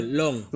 long